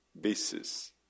basis